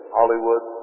Hollywood